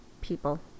people